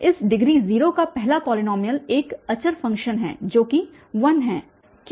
तो इस डिग्री 0 का पहला पॉलीनॉमियल एक अचर फ़ंक्शन है जो कि 1 है